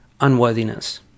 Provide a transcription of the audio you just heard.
unworthiness